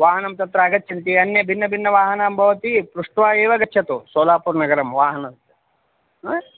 वाहनं तत्र आगच्छन्ति अन्ये भिन्नभिन्न वाहनं भवति पृष्ट्वा एव गच्छतु सोलापुरनगरं वाहनम्